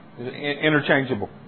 Interchangeable